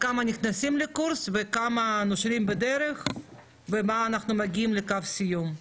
כמה נכנסים לקורס וכמה נושרים בדרך ועם מה אנחנו מגיעים לקו הסיום.